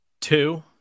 Two